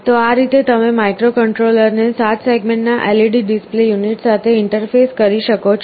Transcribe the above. તો આ રીતે તમે માઇક્રોકન્ટ્રોલરને 7 સેગમેન્ટના LED ડિસ્પ્લે યુનિટ સાથે ઇન્ટરફેસ કરી શકો છો